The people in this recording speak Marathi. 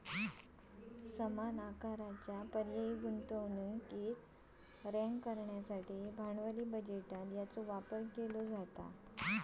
समान आकाराचा पर्यायी गुंतवणुकीक रँक करण्यासाठी भांडवली बजेटात याचो वापर केलो जाता